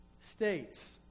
states